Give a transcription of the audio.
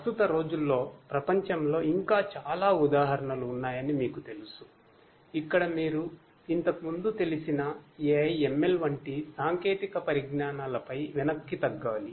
ప్రస్తుత రోజుల్లో ప్రపంచంలో ఇంకా చాలా ఉదాహరణలు ఉన్నాయని మీకు తెలుసు ఇక్కడ మీరు ఇంతకు ముందు తెలిసిన AI ML వంటి సాంకేతిక పరిజ్ఞానాలపై వెనక్కి తగ్గాలి